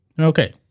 Okay